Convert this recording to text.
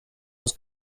was